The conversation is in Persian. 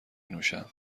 نوشم